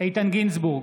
איתן גינזבורג,